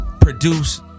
produce